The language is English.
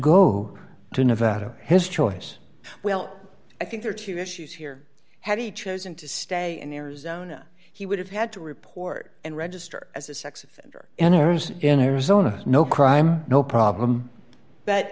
go to nevada his choice well i think there are two issues here heavy chosen to stay in arizona he would have had to report and register as a sex offender enters in arizona no crime no problem but